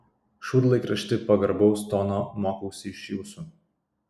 šūdlaikrašti pagarbaus tono mokausi iš jūsų